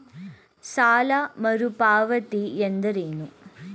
ಸಾಲ ಮರುಪಾವತಿ ಎಂದರೇನು?